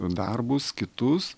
darbus kitus